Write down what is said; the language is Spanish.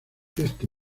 este